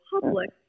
public